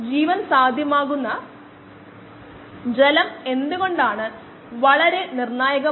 S അല്ലെങ്കിൽ X അല്ലെങ്കിൽ toxin S എടുത്ത സമയം ഇവിടെ കണ്ടെത്തേണ്ടതുണ്ട് പ്രാരംഭ സമയത്ത് 20 മില്ലിമോളറിൽ നിന്ന് 7